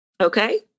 okay